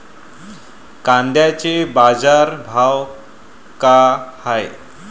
कांद्याचे बाजार भाव का हाये?